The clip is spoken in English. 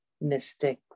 mystic